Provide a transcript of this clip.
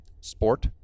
sport